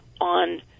on